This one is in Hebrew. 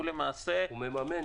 הוא מממן.